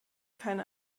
keine